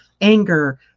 anger